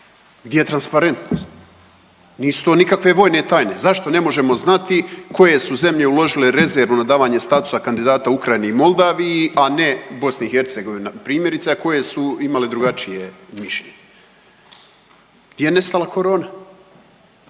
Gdje je transparentnost? Nisu to nikakve vojne tajne. Zašto ne možemo znati koje su zemlje uložile rezervu na davanje statusa kandidata Ukrajini i Moldaviji, a ne BiH primjerice, a koje su imale drugačije mišljenje? Gdje je nestala korona?